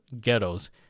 ghettos